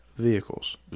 Vehicles